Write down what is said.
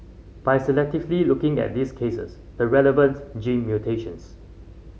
by selectively looking at these cases the relevant gene